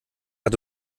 hat